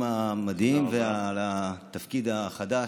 המדהים ועל התפקיד החדש.